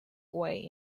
way